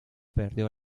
perdió